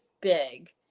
big